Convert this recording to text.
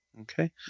Okay